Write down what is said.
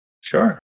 Sure